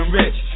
rich